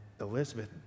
Elizabeth